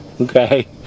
okay